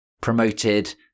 promoted